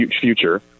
Future